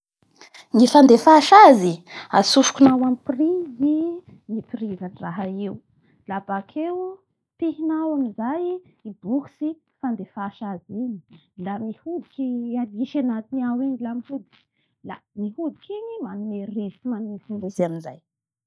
Alainao i la atsofikinao i prise igny atsofikinao amin'ny prise hafa koa la pihinao i bouton mampandeha azy igny la miodikodiky i zay la dioviny ny rivotsy la mafana moa ny andro la mitsotsoky anao soa hanitsinitsy.